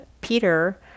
Peter